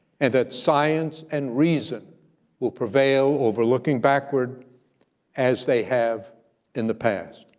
and that science and reason will prevail over looking backward as they have in the past.